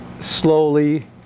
slowly